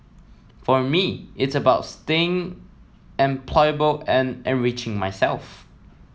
for me it's about staying employable and enriching myself